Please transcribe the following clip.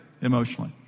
emotionally